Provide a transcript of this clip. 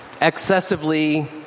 excessively